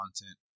content